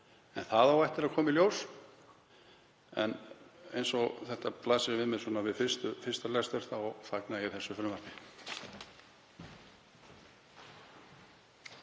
en það á eftir að koma í ljós. En eins og þetta blasir við mér svona við fyrsta lestur þá fagna ég frumvarpinu.